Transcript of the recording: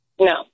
No